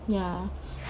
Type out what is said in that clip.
ya